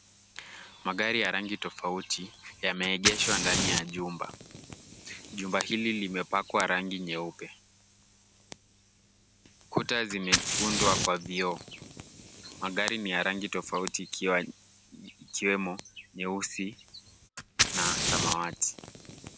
Magari ya rangi tofauti yameegeshwa ndani ya jumba. Jumba hili limepakwa rangi nyeupe. Kuta zimeundwa kwa vioo. Magari ni ya rangi tofauti ikiwa, ikiwemo nyeusi na samawati.